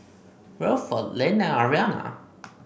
Wilfrid Lynn and Ariana